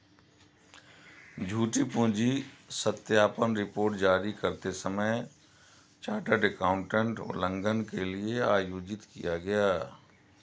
झूठी पूंजी सत्यापन रिपोर्ट जारी करते समय चार्टर्ड एकाउंटेंट उल्लंघन के लिए आयोजित किया गया